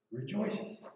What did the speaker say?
rejoices